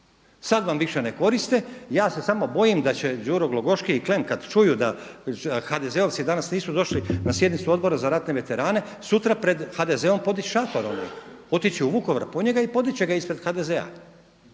Sad vam više ne koriste. Ja se samo bojim da će Đuro Glogoški i Klen kad čuju da HDZ-ovci danas nisu došli na sjednicu Odbora za ratne veterane sutra pred HDZ-om podići šator onaj. Otići u Vukovar po njega i podići ga ispred HDZ-a.